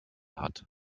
hat